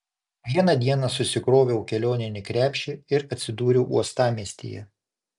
vieną dieną susikroviau kelioninį krepšį ir atsidūriau uostamiestyje